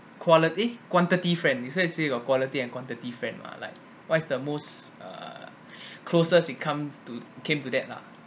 quality eh quantity friend just now you say you got quality and quantity friend lah like what is the most uh closest it come to came to that lah